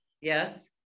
Yes